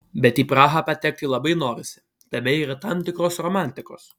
bet į prahą patekti labai norisi tame yra tam tikros romantikos